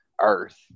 Earth